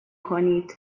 کنید